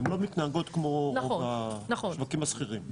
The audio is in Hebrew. הן לא מתנהגות כמו רוב השווקים הסחירים.